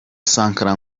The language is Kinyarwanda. sankara